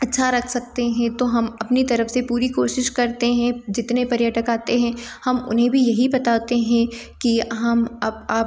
अच्छा रख सकते हें तो हम अपनी तरफ से पूरी कोशिश करते हें जितने पर्यटक आते हैं हम उन्हें भी यही बताते हैं कि हम अप आप